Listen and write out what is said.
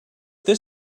this